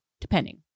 depending